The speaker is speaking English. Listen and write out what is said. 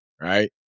right